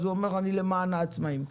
אז הוא אומר: אני למען העצמאים.